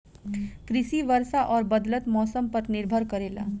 कृषि वर्षा और बदलत मौसम पर निर्भर करेला